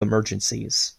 emergencies